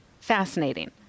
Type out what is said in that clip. Fascinating